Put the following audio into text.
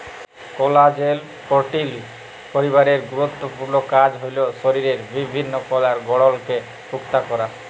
কলাজেল protein পরিবারের গুরুত্তপুর্ল কাজ হ্যল শরীরের বিভিল্ল্য কলার গঢ়লকে পুক্তা ক্যরা